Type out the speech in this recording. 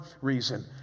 reason